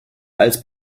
als